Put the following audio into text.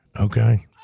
okay